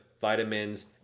vitamins